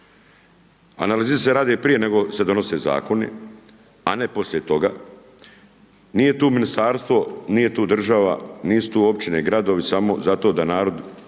Analize se rade prije nego se donose zakoni, a ne poslije toga. Nije tu ministarstvo, nije tu država, nisu tu općine i gradovi, samo zato da narod